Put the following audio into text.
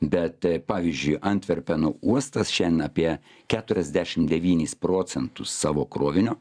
bet pavyzdžiui antverpeno uostas šian apie keturiasdešim devynis procentus savo krovinio